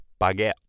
baguette